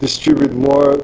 distribute more